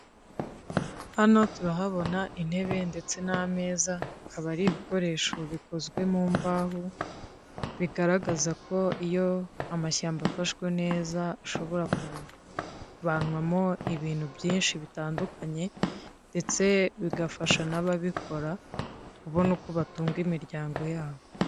Hano turahabona intebe ndetse n'ameza akaba ari ibikoresho bikozwe mu mbaho bigaragaza ko iyo amashyamba afashwe neza ashobora kuvanwamo ibintu byinshi bitandukanye ndetse bigafasha n'ababikora kubona uko batunga imiryango yabo.